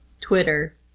Twitter